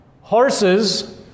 Horses